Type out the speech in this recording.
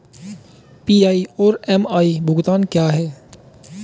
PI और MI भुगतान क्या हैं?